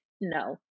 No